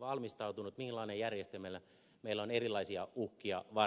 valmistautunut millainen järjestelmä meillä on erilaisia uhkia varten